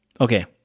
Okay